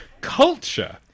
culture